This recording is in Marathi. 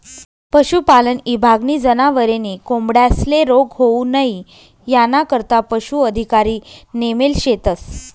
पशुपालन ईभागनी जनावरे नी कोंबड्यांस्ले रोग होऊ नई यानाकरता पशू अधिकारी नेमेल शेतस